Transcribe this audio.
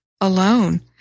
alone